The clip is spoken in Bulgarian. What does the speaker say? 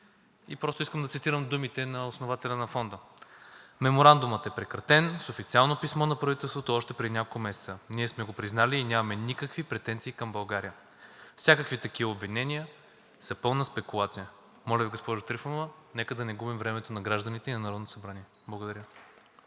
Просто искам да цитирам думите на основателя на Фонда: „Меморандумът е прекратен с официално писмо на правителството още преди няколко месеца. Ние сме го признали и нямаме никакви претенции към България, а всякакви такива обвинения са пълна спекулация.“ Моля Ви, госпожо Трифонова, нека да не губим времето на гражданите и на Народното събрание. Благодаря.